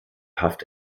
haft